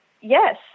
Yes